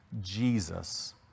Jesus